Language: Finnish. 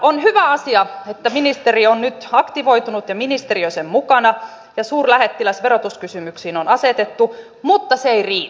on hyvä asia että ministeri on nyt aktivoitunut ja ministeriö sen mukana ja suurlähettiläs verotuskysymyksiin on asetettu mutta se ei riitä